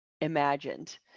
imagined